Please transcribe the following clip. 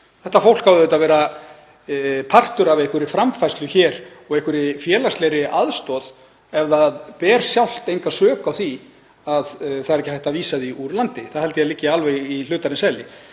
Þetta fólk á auðvitað að vera partur af einhverri framfærslu hér, og einhverri félagslegri aðstoð ef það ber sjálft enga sök á því að það er ekki hægt að vísa því úr landi. Það held ég að liggi alveg í hlutarins eðli.